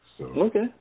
Okay